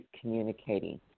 communicating